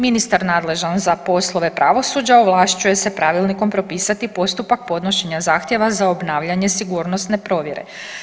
Ministar nadležan za poslove pravosuđa ovlašćuje se pravilnikom propisati postupak podnošenja zahtjeva za obnavljanje sigurnosne provjere.